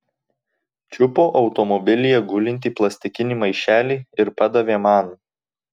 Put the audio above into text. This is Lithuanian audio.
čiupo automobilyje gulintį plastikinį maišelį ir padavė man